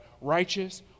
righteous